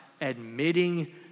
admitting